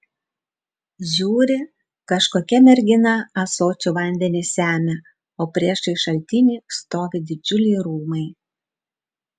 žiūri kažkokia mergina ąsočiu vandenį semia o priešais šaltinį stovi didžiuliai rūmai